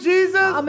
Jesus